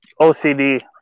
OCD